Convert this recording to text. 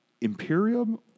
Imperium